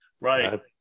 Right